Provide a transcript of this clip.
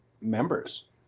members